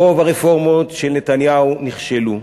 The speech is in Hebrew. רוב הרפורמות של נתניהו נכשלו,